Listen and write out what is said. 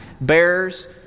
Bears